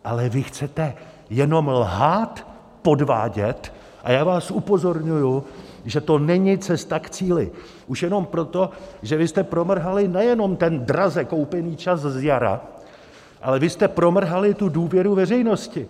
Ale vy chcete jenom lhát, podvádět, a já vás upozorňuji, že to není cesta k cíli, už jenom proto, že vy jste promrhali nejenom ten draze koupený čas z jara, ale vy jste promrhali tu důvěru veřejnosti.